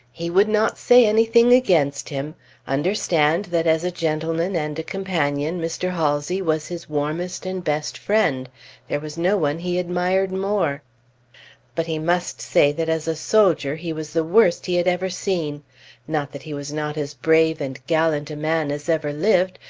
he would not say anything against him understand, that as a gentleman and a companion, mr. halsey was his warmest and best friend there was no one he admired more but he must say that as a soldier, he was the worst he had ever seen not that he was not as brave and gallant a man as ever lived,